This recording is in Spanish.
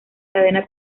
cadena